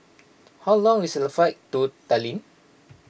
how long is the flight to Tallinn